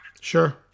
Sure